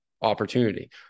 opportunity